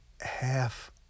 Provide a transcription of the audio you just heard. Half